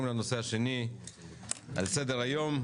אנחנו ממשיכים את דיוני הוועדה ועוברים לנושא השני על סדר היום.